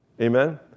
Amen